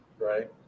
Right